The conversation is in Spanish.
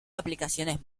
aplicaciones